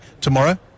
Tomorrow